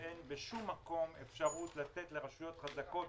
שאין בשום מקום אפשרות לתת לרשויות חזקות